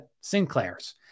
Sinclairs